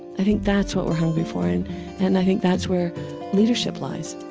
i think that's what we're hungry for and and i think that's where leadership lies